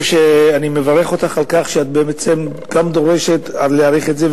אני מברך אותך על כך שאת בעצם דורשת להאריך את זה.